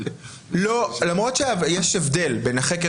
יש הבדל בין החקר